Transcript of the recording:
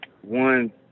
One